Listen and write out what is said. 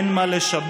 אין מה לשבש.